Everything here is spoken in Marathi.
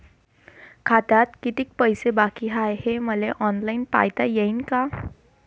खात्यात कितीक पैसे बाकी हाय हे मले ऑनलाईन पायता येईन का?